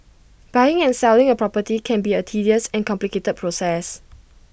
buying and selling A property can be A tedious and complicated process